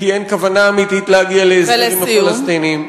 כי אין כוונה אמיתית להגיע להסדר עם הפלסטינים.